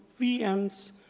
VMs